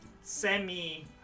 semi-